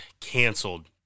canceled